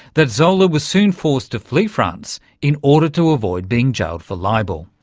that zola was soon forced to flee france in order to avoid being jailed for libel.